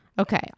Okay